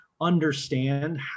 understand